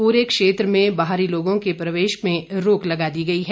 पूरे क्षेत्र में बाहरीलोगों के प्रवेश में रोक लगा दी गई है